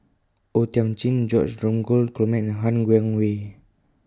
O Thiam Chin George Dromgold Coleman and Han Guangwei